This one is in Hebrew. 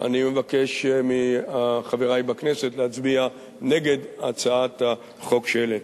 אני מבקש מחברי בכנסת להצביע נגד הצעת החוק שהעלית.